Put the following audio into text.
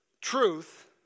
truth